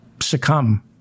succumb